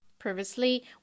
Previously